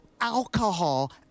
alcohol